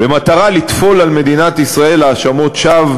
במטרה לטפול על מדינת ישראל האשמות שווא